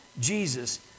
Jesus